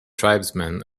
tribesmen